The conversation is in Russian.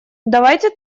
давайте